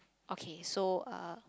okay so uh